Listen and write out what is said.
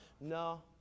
No